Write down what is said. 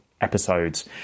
episodes